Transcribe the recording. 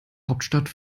hauptstadt